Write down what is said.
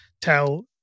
tell